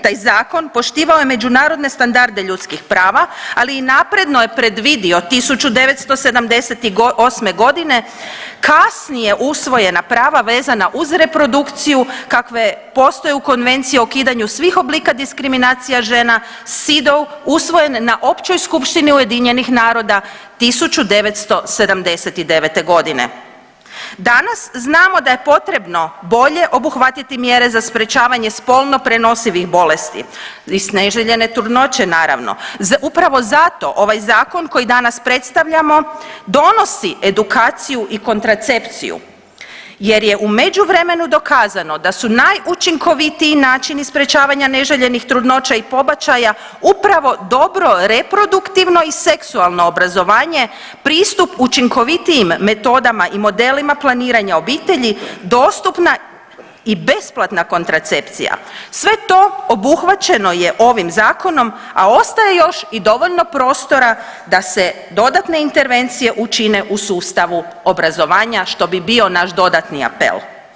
Taj zakon poštivao je međunarodne standarde ljudskih prava, ali i napredno je predvidio 1978. godine kasnije usvojena prava vezana uz reprodukciju kakve postoje u konvenciji o ukidanju svih oblika diskriminacija žena CEDAW usvojen na Općoj skupštini UN-a 1979.g. Danas znamo da je potrebno bolje obuhvatiti mjere za sprečavanje spolno prenosivih bolesti, neželjene trudnoće naravno, upravo zato ovaj zakon koji danas predstavljamo donosi edukaciju i kontracepciju jer je u međuvremenu dokazano da su najučinkovitiji načini sprječavanja neželjenih trudnoća i pobačaja upravno dobro reproduktivno i seksualno obrazovanje, pristup učinkovitijim metodama i modelima planiranja obitelji, dostupna i besplatna kontracepcija, sve to obuhvaćeno je ovim zakonom, a ostaje još i dovoljno prostora da se dodatne intervencije učine u sustavu obrazovanja što bi bio naš dodatni apel.